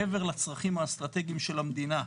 מעבר לצרכים האסטרטגיים של המדינה,